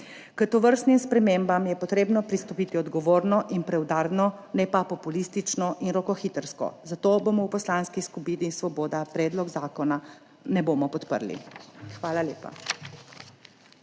K tovrstnim spremembam je potrebno pristopiti odgovorno in preudarno, ne pa populistično in rokohitrsko. Zato v Poslanski skupini Svoboda predloga zakona ne bomo podprli. Hvala lepa.